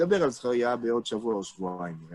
נדבר על זכריה בעוד שבוע או שבועיים.